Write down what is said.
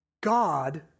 God